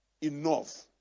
enough